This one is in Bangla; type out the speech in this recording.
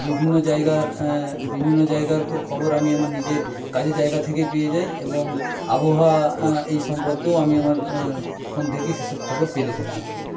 বিভিন্ন জায়গার বিভিন্ন জায়গার খবর আমি আমার নিজের কাজের জায়গা থেকে পেয়ে যাই এবং আবহাওয়া এই সম্পর্কেও আমি আমার ফোন থেকেই সে সব খবর পেতে থাকি